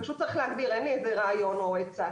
פשוט צריך להגדיר, אין לי איזה רעיון או עצה.